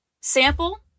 sample